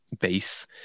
base